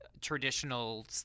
traditional